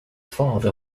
father